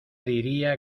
diría